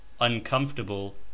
Uncomfortable